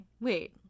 wait